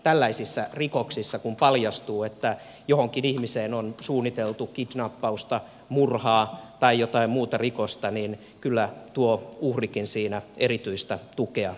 tällaisissa rikoksissa kun paljastuu että jotakin ihmistä kohtaan on suunniteltu kidnappausta murhaa tai jotain muuta rikosta kyllä tuo uhrikin erityistä tukea tarvitsee